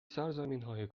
سرزمینهای